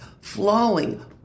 flowing